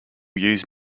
use